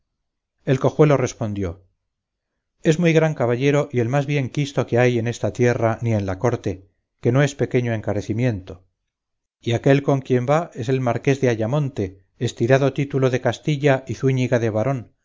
el cojuelo respondió es un muy gran caballero y el más bien quisto que hay en esta tierra ni en la corte que no es pequeño encarecimiento y aquel con quien va es el marqués de ayamonte estirado título de castilla y zúñiga de varón